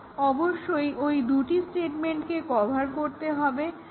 অবশ্যই ওই দুই স্টেটমেন্টকে কভার করতে হবে